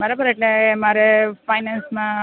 બરાબર એટલે મારે ફાઇનાન્સમાં